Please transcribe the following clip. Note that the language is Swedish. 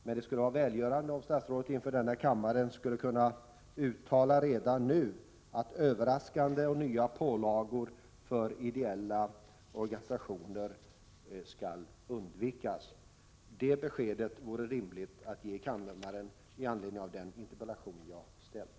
Men det vore välgörande om statsrådet inför denna kammare redan nu kunde uttala att överraskande och nya pålagor skall undvikas när det gäller ideella organisationer. Detta besked borde vara rimligt att ge kammaren i anledning av den interpellation jag har framställt.